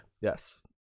Yes